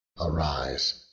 Arise